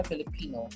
Filipino